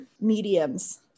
mediums